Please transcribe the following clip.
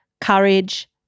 courage